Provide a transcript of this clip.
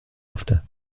after